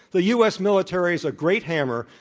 the u. s. military's a great hammer,